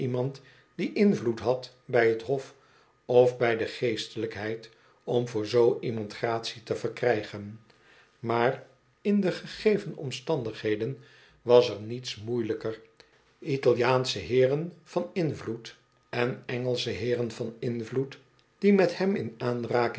die invloed had bij t hof of bij de geestelijkheid om voor zoo iemand gratie te verkrijgen maar in de gegeven omstandigheden was er niets moeiel ijker italiaansche heeren van invloed en engelsche hetiren van invloed die met hem in aanraking